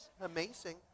Amazing